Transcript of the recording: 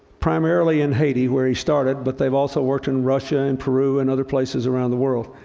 primarily in haiti where he started, but they've also worked in russia, in peru and other places around the world.